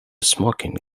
smoking